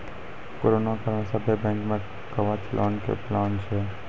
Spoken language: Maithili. करोना काल मे सभ्भे बैंक मे कवच लोन के प्लान छै